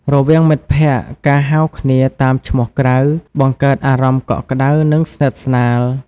រវាងមិត្តភក្តិ ការហៅគ្នាតាមឈ្មោះក្រៅបង្កើតអារម្មណ៍កក់ក្ដៅ និងស្និទ្ធស្នាល។